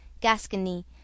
Gascony